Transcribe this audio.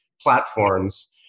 platforms